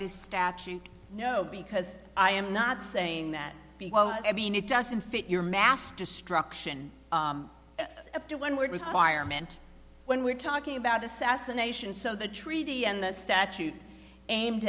this statute no because i am not saying that i mean it doesn't fit your mass destruction up to one word requirement when we're talking about assassination so the treaty and the statute aimed